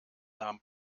nahm